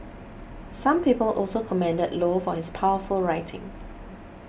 some people also commended Low for his powerful writing